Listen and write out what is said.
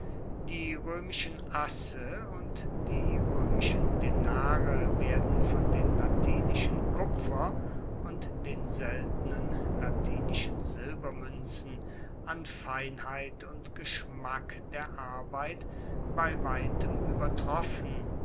die roemischen asse und die roemischen denare werden von den latinischen kupfer und den seltenen latinischen silbermuenzen an feinheit und geschmack der arbeit bei weitem uebertroffen